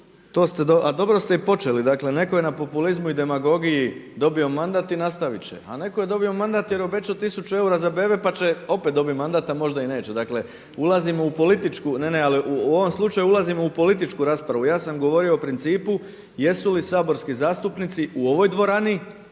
a dobro ste i počeli. Dakle, netko je na populizmu i demagogiji dobio mandat i nastavit će, a netko je dobio mandat jer je obećao 1000 eura za bebe pa će opet dobit mandat, a možda i neće. Dakle, ulazimo u političku. Ne, ne, ali u ovom slučaju ulazimo u političku raspravu. Ja sam govorio o principu jesu li saborski zastupnici u ovoj dvorani